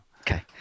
Okay